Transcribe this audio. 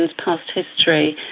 ah past history,